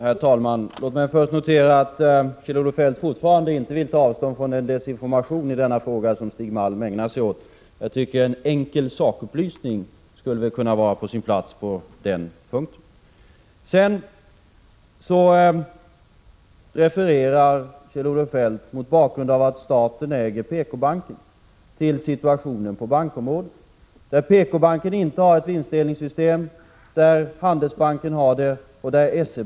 Herr talman! Låt mig först notera att Kjell-Olof Feldt fortfarande inte vill ta avstånd från den desinformation i denna fråga som Stig Malm ägnar sig åt. Jag tycker att en enkel sakupplysning borde vara på sin plats på den här punkten. Kjell-Olof Feldt refererar — mot bakgrund av att staten äger PKbanken — till situationen på bankområdet, där PKbanken inte har något vinstdelningssystem men där Handelsbanken och S-E-banken har det.